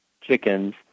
chickens